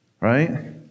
Right